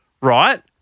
right